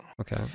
okay